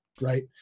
right